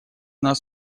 нас